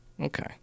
Okay